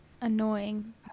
annoying